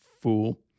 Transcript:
fool